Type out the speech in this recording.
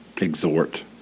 exhort